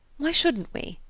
why shouldn't we?